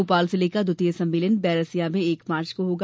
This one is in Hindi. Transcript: भोपाल जिले का द्वितीय सम्मेलन बैरसिया में एक मार्च को होगा